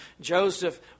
Joseph